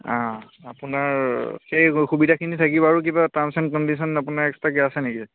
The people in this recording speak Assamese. অঁ আপোনাৰ সেই সুবিধাখিনি থাকিব আৰু কিবা টাৰ্মছ এণ্ড কনণ্ডিচনছ আপোনাৰ এক্সট্ৰাকে আছে নেকি